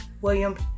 Williams